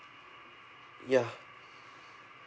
ya